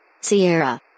Sierra